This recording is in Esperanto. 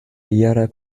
jara